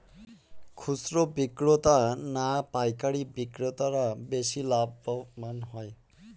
খুচরো বিক্রেতা না পাইকারী বিক্রেতারা বেশি লাভবান হয়?